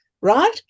right